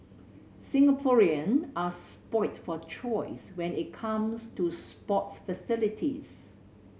Singaporeans are spoilt for choice when it comes to sports facilities